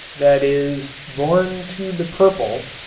that is born to the purple,